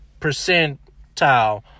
percentile